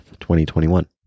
2021